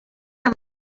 amb